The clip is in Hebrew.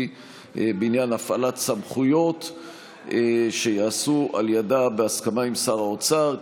בעניין הפעלת סמכויות שתיעשה על ידה בהסכמה עם שר האוצר,